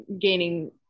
gaining